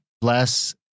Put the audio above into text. bless